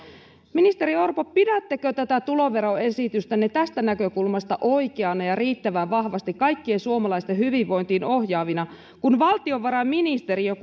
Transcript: ministeri orpo pidättekö tätä tuloveroesitystänne tästä näkökulmasta oikeana ja riittävän vahvasti kaikkien suomalaisten hyvinvointiin ohjaavana valtiovarainministeriö